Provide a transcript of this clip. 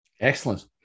Excellent